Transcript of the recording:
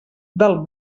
del